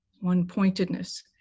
one-pointedness